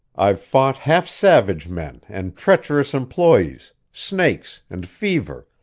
i've fought half-savage men and treacherous employees, snakes and fever,